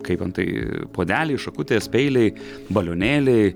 kaip antai puodeliai šakutės peiliai balionėliai